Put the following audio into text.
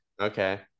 Okay